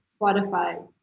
Spotify